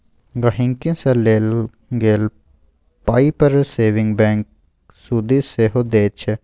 गांहिकी सँ लेल गेल पाइ पर सेबिंग बैंक सुदि सेहो दैत छै